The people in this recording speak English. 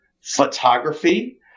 photography